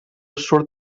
surt